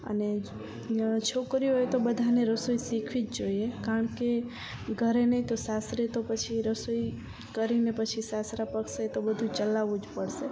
અને છોકરીઓએ તો બધાને રસોઈ શીખવી જ જોઈએ કારણ કે ઘરે નહીં તો સાસરે તો પછી રસોઈ કરીને પછી સાસરા પક્ષે તો બધું ચલાવું જ પડશે